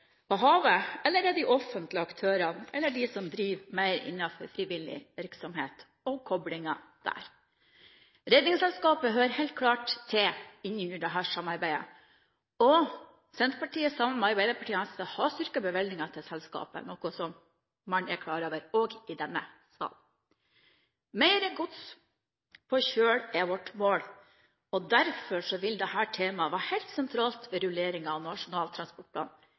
på havet, eller om det er de offentlige aktørene, eller de som mer driver innenfor sivil virksomhet og koblingen der. Redningsselskapet hører helt klart inn under dette samarbeidet. Senterpartiet, sammen med Arbeiderpartiet og SV, har styrket bevilgningene til selskapet, noe som man også er klar over i denne sal. Mer gods på kjøl er vårt mål. Derfor vil dette temaet være helt sentralt ved rulleringen av Nasjonal transportplan.